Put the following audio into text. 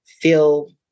feel